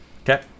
Okay